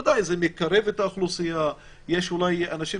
זה ודאי מקרב את האוכלוסייה; יש אולי אנשים